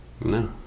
No